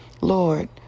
Lord